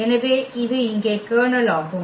எனவே இது இங்கே கர்னல் ஆகும்